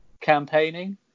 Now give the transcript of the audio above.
campaigning